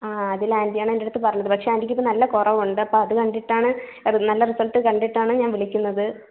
ആ അതിലാൻറ്റിയാണ് എൻ്റെയടുത്ത് പറഞ്ഞത് പക്ഷെ ആൻറ്റിക്കിപ്പോൾ നല്ല കുറവുണ്ട് അപ്പോൾ അതു കണ്ടിട്ടാണ് നല്ല റിസൾട്ട് കണ്ടിട്ടാണ് ഞാൻ വിളിക്കുന്നത്